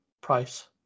price